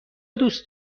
دوست